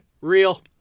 Real